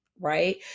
right